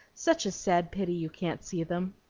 such a sad pity you can't see them!